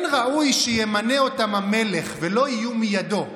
אין ראוי שימנה אותם המלך ולא יהיו מידו",